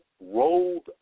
rolled